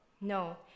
No